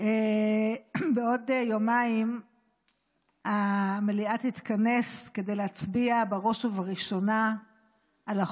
בעוד יומיים המליאה תתכנס כדי להצביע על החוק